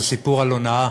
זה סיפור על הונאה.